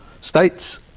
states